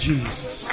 Jesus